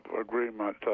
agreement